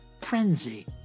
frenzy